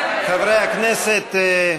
חברי הכנסת,